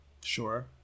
Sure